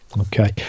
Okay